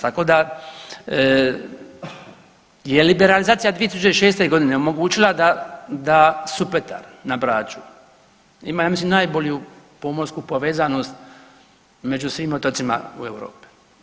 Tako da je liberalizacija 2006.g. omogućila da Supetar na Braču ima ja mislim najbolju pomorsku povezanost među svim otocima u Europi.